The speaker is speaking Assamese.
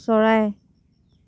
চৰাই